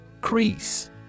Crease